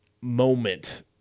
moment